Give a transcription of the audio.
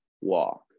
walk